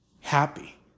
happy